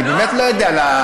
אני באמת לא יודע על,